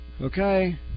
Okay